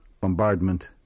bombardment